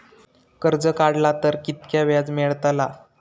कर्ज काडला तर कीतक्या व्याज मेळतला?